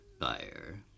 buyer